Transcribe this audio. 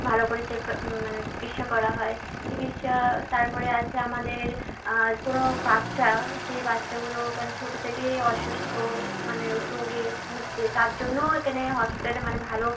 ভালো করে মানে চিকিৎসা করা হয় চিকিৎসা তারপরে আছে আমাদের কোনও বাচ্চা যেই বাচ্চাগুলো মানে ছোট থেকেই অসুস্থ মানে রোগে ভুগছে তার জন্যও এখানে হসপিটালে মানে ভালো